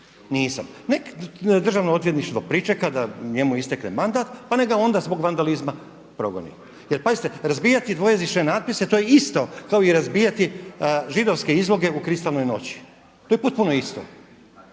nisam. Nek Državno odvjetništvo pričeka da njemu istekne mandat pa neka ga onda zbog vandalizma progoni. Jel pazite razbijati dvojezične natpise to je isto kao i razbijati židovske izloge u kristalnoj noći, to je potpuno isto.